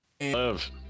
Love